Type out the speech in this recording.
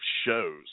shows